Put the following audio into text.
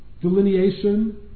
delineation